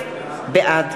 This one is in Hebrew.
בעד